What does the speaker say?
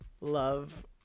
love